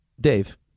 Dave